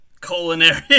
Culinary